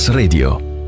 radio